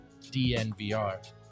DNVR